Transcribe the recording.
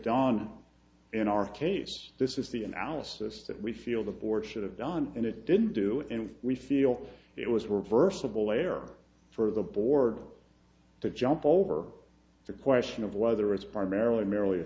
gone in our case this is the analysis that we feel the board should have done and it didn't do it and we feel it was a reversible error for the board to jump over the question of whether it's primarily merely a